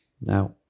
Now